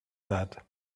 that